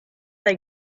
they